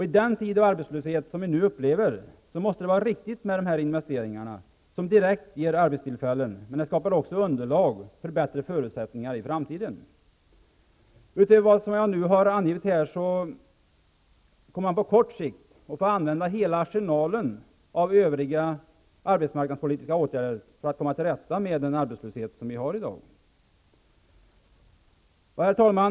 I den tid av arbetslöshet som vi nu upplever måste det vara riktigt med dessa investeringar, som direkt ger arbetstillfällen, men de skapar också underlag för bättre förutsättningar i framtiden. Utöver vad jag nu har angivit kommer på kort sikt hela arsenalen av övriga arbetsmarknadspolitiska åtgärder att behövas för att man skall komma till rätta med dagens arbetslöshet. Herr talman!